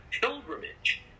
pilgrimage